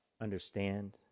understand